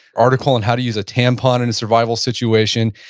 article on how to use a tampon in a survival situation.